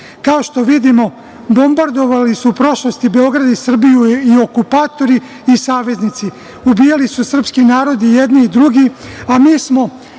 što vidimo, bombardovali su u prošlosti Beograd i Srbiju i okupatori i saveznici, ubijali su srpski narod i jedni i drugi, a mi smo